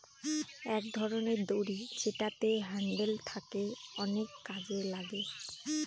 এক ধরনের দড়ি যেটাতে হ্যান্ডেল থাকে অনেক কাজে লাগে